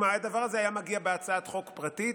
אם הדבר הזה היה מגיע בהצעת חוק פרטית,